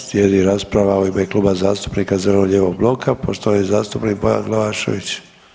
Slijedi rasprava u ime Kluba zastupnika zeleno-lijevog bloka, poštovani zastupnik Bojan Glavašević.